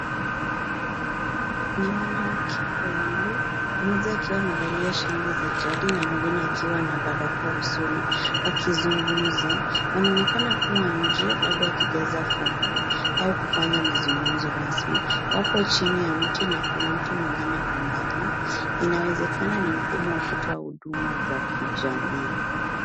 Ni wanawake wawili mmoja akiwa amevalia shanga za jadi na mwingine akiwa na barakoa usoni wakizungumza. Wanaonekana kuwa nje labda wakijaza fomu au kufanya mazungumzo rasmi. Wapo chini ya mti na kuna mtu mwingine kwa mbali. Inawezekana ni mfumo wa kutoa huduma za kijamii.